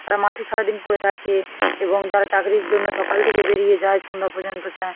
তারা মাঠে সারা দিন পরে থাকে এবং যারা চাকরির অন্য সকাল থেকে বেরিয়ে যায় সন্ধ্যা পর্যন্ত চা